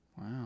Wow